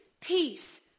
peace